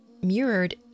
mirrored